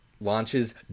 launches